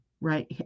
right